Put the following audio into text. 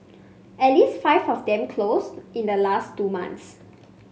at least five of them closed in the last two months